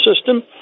system